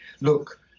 look